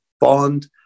bond